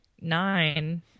nine